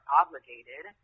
obligated